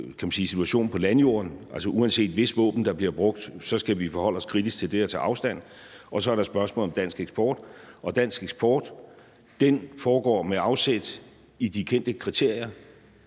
situationen på landjorden – altså, uanset hvis våben der bliver brugt, skal vi forholde os kritisk til det og tage afstand – og så er der et spørgsmål om dansk eksport. Og en dansk eksport foregår med afsæt i de kendte kriterier